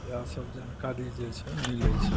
या सब जानकारी जे छै मिलै छै